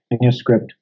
manuscript